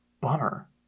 bummer